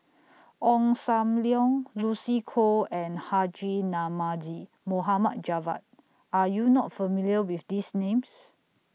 Ong SAM Leong Lucy Koh and Haji Namazie Mohd Javad Are YOU not familiar with These Names